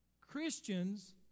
Christians